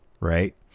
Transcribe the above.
right